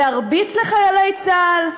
להרביץ לחיילי צה"ל.